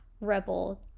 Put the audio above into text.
Rebel